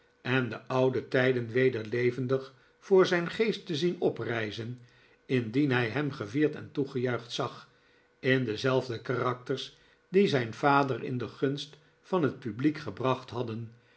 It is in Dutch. en de oude tijden weder levendig voor zijn geest te zien oprijzen indien hij hem gevierd en toegejuicht zag in dezelfde karakters die zijn vader in do gunst van het publiek gebracht hadden